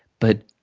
but,